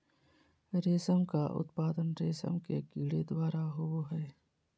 रेशम का उत्पादन रेशम के कीड़े द्वारा होबो हइ